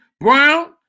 Brown